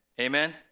Amen